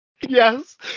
Yes